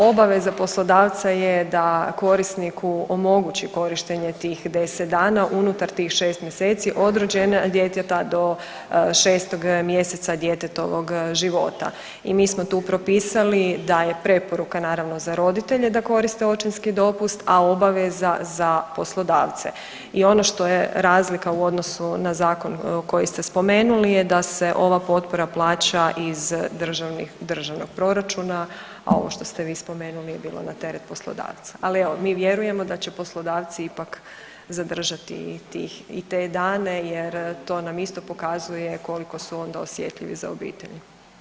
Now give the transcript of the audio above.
Obaveza poslodavca je da korisniku omogući korištenje tih 10 dana unutar tih 6 mjeseca od rođenja djeteta do 6 mjeseca djetetovog života i mi smo tu propisali da je preporuka, naravno, za roditelje da koriste očinski dopust, a obaveza za poslodavca i ono što je razlika u odnosu na zakon koji ste spomenuli je da se ova potpora plaća iz državnog proračuna, a ovo što ste vi spomenuli je bilo na teret poslodavca, ali evo, mi vjerujemo da će poslodavci ipak zadržati i tih, i te dane jer to nam isto pokazuje koliko su onda osjetljivi za obitelj.